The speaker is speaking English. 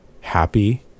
happy